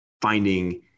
Finding